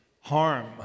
harm